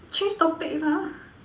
change topic lah